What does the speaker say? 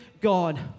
God